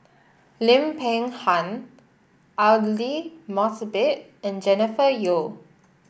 Lim Peng Han Aidli Mosbit and Jennifer Yeo